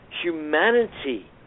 humanity